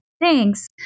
thanks